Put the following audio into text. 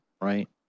right